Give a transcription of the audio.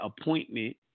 appointment